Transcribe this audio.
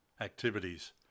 activities